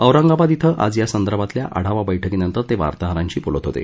औरंगाबाद ि आज या संदर्भातल्या आढावा बैठकीनंतर ते वार्ताहरांशी बोलत होते